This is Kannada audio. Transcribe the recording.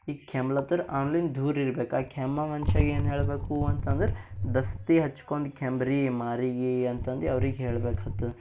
ಈ ಕೆಮ್ಲತ್ತರ ಅವುನ್ಲಿಂದ ದೂರಿರ್ಬೇಕು ಆ ಕೆಮ್ಮು ಮನ್ಷಾಗೆ ಏನು ಹೇಳಬೇಕು ಅಂತಂದ್ರ ದಸ್ತಿ ಹಚ್ಕೊಂಡು ಕೆಮ್ರಿ ಮಾರಿಗೆ ಅಂತಂದು ಅವ್ರಿಗೆ ಹೇಳಬೇಕಾಗ್ತದ